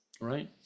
right